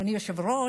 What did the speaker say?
מה אני יכול להגיד,